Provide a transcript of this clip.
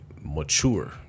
mature